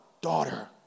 daughter